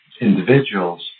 individuals